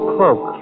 Cloak